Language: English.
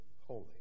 holy